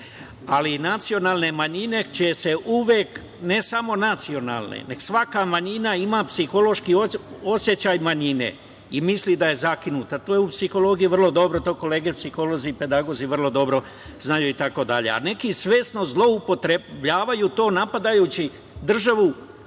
ali nacionalne manjine i ne samo nacionalne, nek svaka manjina ima psihološki osećaj manjine i misli da ja zakinuta. To je u psihologiji vrlo dobro, to kolege psiholozi i pedagozi vrlo dobro znaju i tako dalje. Neki svesno zloupotrebljavaju to, napadajući državu,